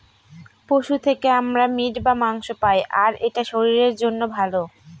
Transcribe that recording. পশু থেকে আমরা মিট বা মাংস পায়, আর এটা শরীরের জন্য ভালো